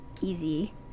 easy